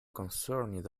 concerned